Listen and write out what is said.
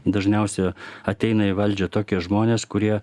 dažniausia ateina į valdžią tokie žmonės kurie